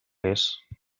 hagués